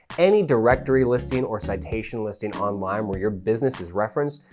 any directory listing or citation listing online where your business is referenced.